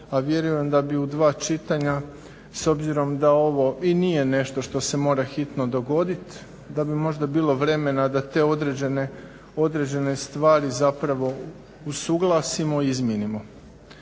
a vjerujem da bi u dva čitanja s obzirom da ovo i nije nešto što se mora hitno dogoditi da bi možda bilo vremena da te određene stvari zapravo usuglasimo i izmijenimo.